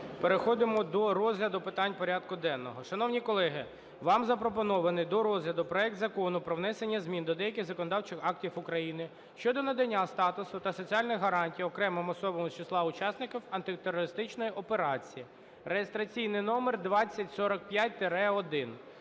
Переходимо до розгляду питань порядку денного. Шановні колеги, вам запропонований до розгляду проект Закону про внесення змін до деяких законодавчих актів України щодо надання статусу та соціальних гарантій окремим особам із числа учасників антитерористичної операції (реєстраційний номер 2045-1).